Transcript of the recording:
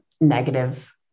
negative